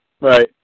Right